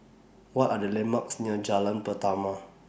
What Are The landmarks near Jalan Pernama